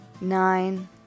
nine